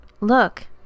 Look